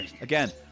again